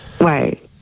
Right